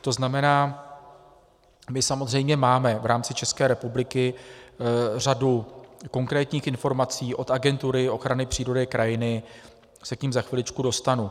To znamená, my samozřejmě máme v rámci České republiky řadu konkrétních informací od Agentury ochrany přírody a krajiny, já se k nim za chviličku dostanu.